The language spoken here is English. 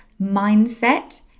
mindset